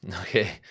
okay